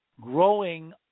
growing